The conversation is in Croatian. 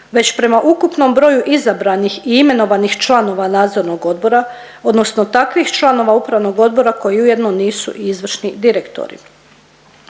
već prema ukupnom broju izabranih i imenovanih članova nadzornog odbora odnosno takvih članova upravnog odbora koji ujedno nisu i izvršni direktori.